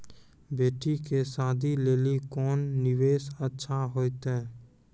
बेटी के शादी लेली कोंन निवेश अच्छा होइतै?